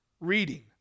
reading